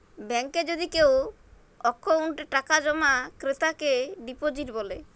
ব্যাংকে যদি কেও অক্কোউন্টে টাকা জমা ক্রেতাকে ডিপজিট ব্যলে